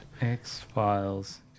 X-Files